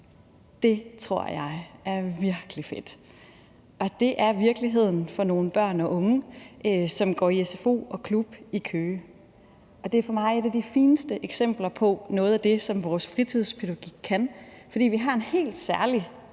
Det tror jeg er virkelig fedt, og det er virkeligheden for nogle børn og unge, som går i sfo og klub i Køge. Det er for mig et af de fineste eksempler på noget af det, som vores fritidspædagogik kan, for vi har en helt særlig